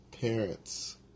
parents